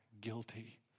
guilty